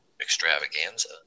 extravaganza